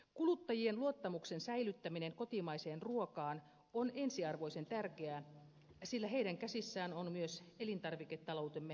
kuluttajien luottamuksen säilyttäminen kotimaiseen ruokaan on ensiarvoisen tärkeää sillä heidän käsissään on myös elintarviketaloutemme tulevaisuus